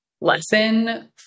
lesson